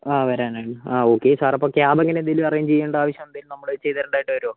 ആ വരാനാണ് ആ ഓക്കെ സാറപ്പോൾ ക്യാബ് അങ്ങനെയെന്തെങ്കിലും അറേഞ്ച് ചെയ്യണ്ട ആവശ്യം എന്തെങ്കിലും നമ്മള് ചെയ്ത് തരേണ്ടതായിട്ട് വരുമോ